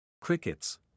Crickets